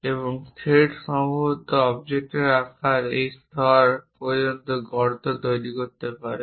এবং থ্রেড সম্ভবত অবজেক্টের আকার এই স্তর পর্যন্ত গর্ত তৈরি হতে পারে